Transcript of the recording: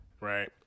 right